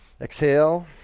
Exhale